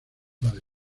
madrid